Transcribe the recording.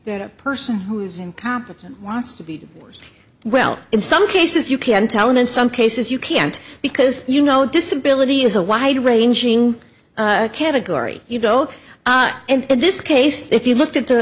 that a person who is incompetent wants to be well in some cases you can tell him in some cases you can't because you know disability is a wide ranging category you go and in this case if you looked at the